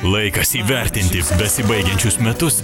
laikas įvertinti besibaigiančius metus